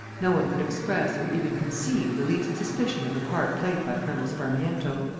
no one could express or even conceive the least suspicion of the part played by colonel sparmiento.